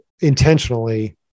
intentionally